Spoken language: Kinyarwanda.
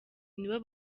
nibo